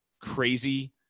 crazy